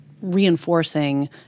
reinforcing